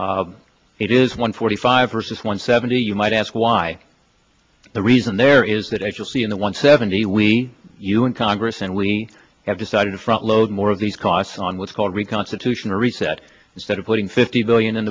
it is one forty five versus one seventy you might ask why the reason there is that i just see in the one seventy we you in congress and we have decided to front load more of these costs on what's called reconstitution reset instead of putting fifty billion in